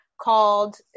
called